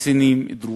קצינים דרוזים.